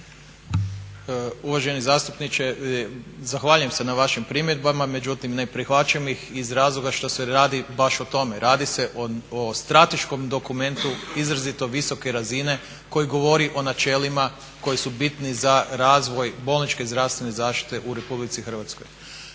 Uvaženi zastupniče, zahvaljujem se na vašim primjedbama, međutim ne prihvaćam ih iz razloga što se radi baš o tome. Radi se o strateškom dokumentu izrazito visoke razine koji govori o načelima koji su bitni za razvoj bolničke zdravstvene zaštite u Republici Hrvatskoj.